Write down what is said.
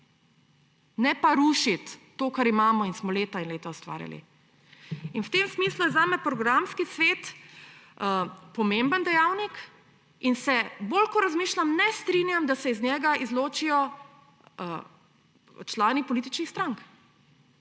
ne pa rušiti tega, kar imamo in smo leta in leta ustvarjali. V tem smislu je zame programski svet pomemben dejavnik in bolj ko razmišljam, bolj se ne strinjam, da se iz njega izločijo člani političnih strank.